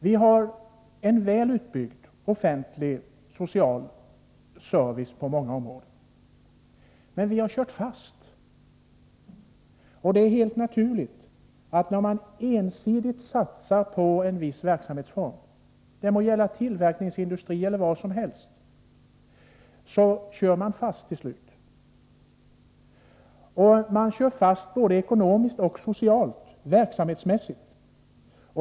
Vi har en väl utbyggd offentlig social service på många områden. Men vi har kört fast. Det är helt naturligt att man, när man ensidigt satsar på en viss verksamhetsform — det må gälla tillverkningsindustri eller vad som helst —, kör fast till slut. Man kör fast ekonomiskt, socialt och verksamhetsmässigt.